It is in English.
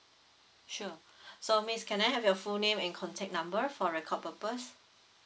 sure so miss can I have your full name and contact number for record purpose